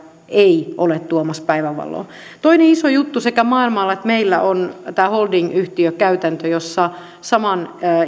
ei ole tuomassa päivänvaloon toinen iso juttu sekä maailmalla että meillä on tämä holdingyhtiökäytäntö jossa saman